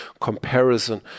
comparison